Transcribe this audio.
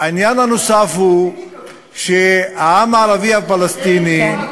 העניין הנוסף הוא, שהעם הערבי הפלסטיני,